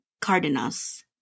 Cardenas